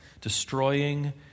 destroying